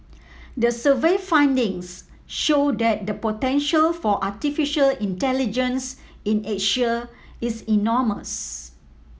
the survey findings show that the potential for artificial intelligence in Asia is enormous